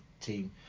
team